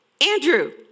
Andrew